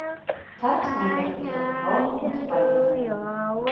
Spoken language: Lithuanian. tarpsniai tarp izochronų nuspalvinami